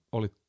Oli